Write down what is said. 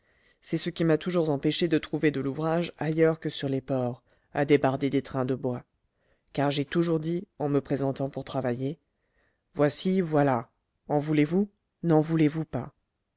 c'est ce qui m'a toujours empêché de trouver de l'ouvrage ailleurs que sur les ports à débarder des trains de bois car j'ai toujours dit en me présentant pour travailler voici voilà en voulez-vous n'en voulez-vous pas